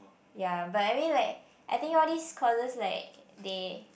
ya but I mean like I think all these causes like they